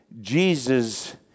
Jesus